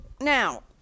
Now